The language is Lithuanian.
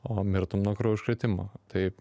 o mirtum nuo kraujo užkrėtimo tai